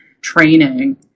training